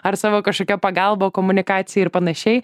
ar savo kažkokia pagalba komunikacijai ir panašiai